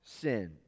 sin